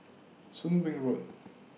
Soon Wing Road